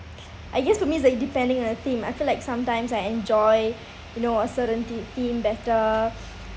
I guess to me it's like depending on the theme I feel like sometimes I enjoy you know a certain the~ theme better